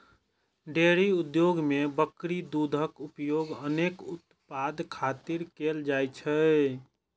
dairy उद्योग मे बकरी दूधक उपयोग अनेक उत्पाद खातिर कैल जाइ छै